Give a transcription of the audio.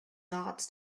not